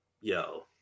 Yo